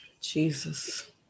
Jesus